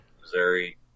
Missouri